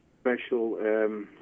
special